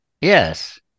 yes